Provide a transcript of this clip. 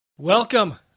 Welcome